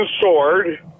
sword